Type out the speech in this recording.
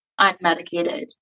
unmedicated